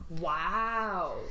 Wow